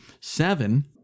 Seven